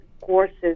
courses